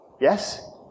yes